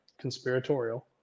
conspiratorial